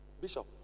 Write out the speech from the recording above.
Bishop